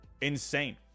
Insane